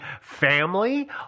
family